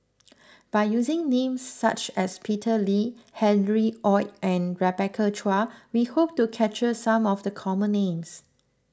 by using names such as Peter Lee Harry Ord and Rebecca Chua we hope to capture some of the common names